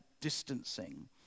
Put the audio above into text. distancing